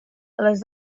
les